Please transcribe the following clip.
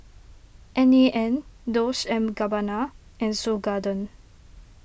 N A N Dolce and Gabbana and Seoul Garden